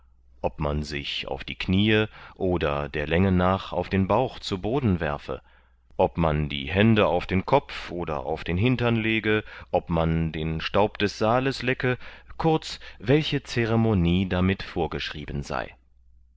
ob man sich auf die kniee oder der länge nach auf den bauch zu boden werfe ob man die hände auf den kopf oder auf den hintern lege ob man den staub des saales lecke kurz welche ceremonie damit vorgeschrieben sei